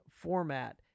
format